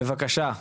בבקשה.